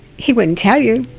he wouldn't tell you,